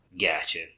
Gotcha